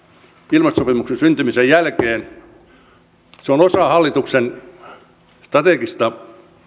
ilmastosopimuksen syntymisen jälkeen se on osa hallituksen strategista